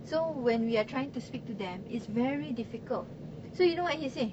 so when we are trying to speak to them it's very difficult so you know what he say